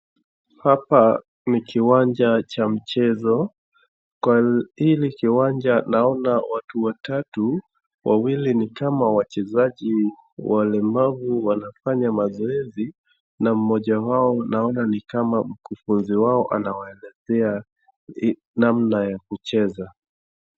Hapa ni kiwanja cha mchezo. Kwa hili kiwanja naona watu watatu, wawili ni kama wachezaji walemavu wanafanya mazoezi, na mmoja wao naona ni kama mkufunzi wao anawaelezea namna ya kucheza.